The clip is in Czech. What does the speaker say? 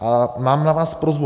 A mám na vás prosbu.